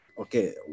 Okay